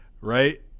Right